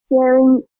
sharing